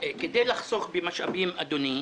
כדי לחסוך במשאבים, אדוני,